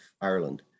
Ireland